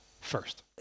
first